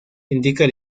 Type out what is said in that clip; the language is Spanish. indica